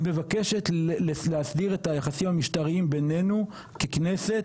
היא מבקשת להסדיר את היחסים המשטריים בינינו ככנסת